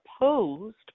opposed